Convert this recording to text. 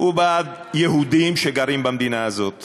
ובעד יהודים שגרים במדינה הזאת